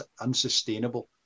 unsustainable